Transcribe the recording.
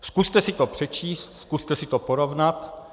Zkuste si to přečíst, zkuste si to porovnat.